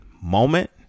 moment